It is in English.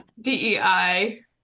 DEI